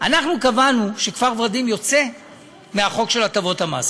אנחנו קבענו שכפר ורדים יוצא מהחוק של הטבות המס.